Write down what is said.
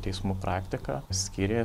teismų praktiką skyrė